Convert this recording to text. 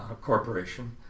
corporation